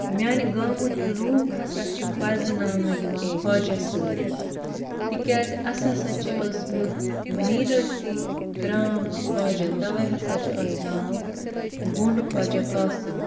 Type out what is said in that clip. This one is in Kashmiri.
میٛانہِ گامٕکۍ لوٗکھ ہَسا چھِ پَرٛزٕناونہٕ یِوان خواجہ سۭتۍ تِکیٛازِ اسہِ ہَسا چھِ ٲسمٕژ میٖرٲثی کرٛام خواجہ تَؤے ہسا چھُ اتھ ناو گنٛڈٕ خواجہ قاسِم